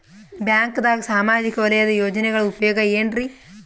ಬ್ಯಾಂಕ್ದಾಗ ಸಾಮಾಜಿಕ ವಲಯದ ಯೋಜನೆಗಳ ಉಪಯೋಗ ಏನ್ರೀ?